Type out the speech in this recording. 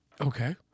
Okay